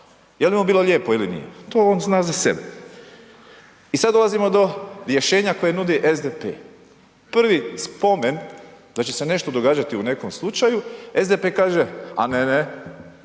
Jeli mu bilo lijepo ili nije? To on zna za sebe. I sada dolazimo do rješenja koje nudi SDP, prvi spomen da će se nešto događati u nekom slučaju SDP kaže, a ne, ne,